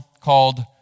called